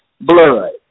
blood